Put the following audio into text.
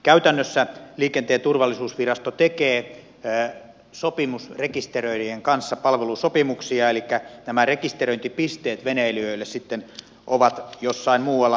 käytännössä liikenteen turvallisuusvirasto tekee sopimusrekisteröijien kanssa palvelusopimuksia elikkä nämä rekisteröintipisteet veneilijöille sitten ovat jossain muualla